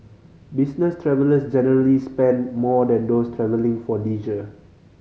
business travellers generally spend more than those travelling for leisure